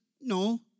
No